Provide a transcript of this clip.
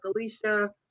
Alicia